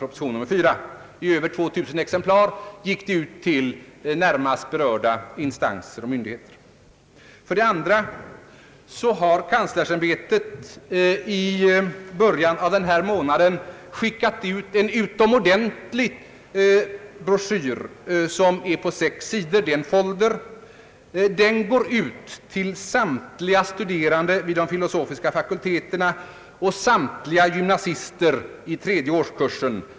Detta sammandrag gick i över 2000 exemplar ut till närmast berörda instanser och myndigheter. För det andra har kanslersämbetet i början av denna månad skickat ut en utomordentlig broschyr på sex sidor — det är en folder — till samtliga studerande vid de filosofiska fakulteterna och till samtliga gymnasister i tredje årskursen.